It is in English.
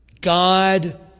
God